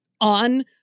on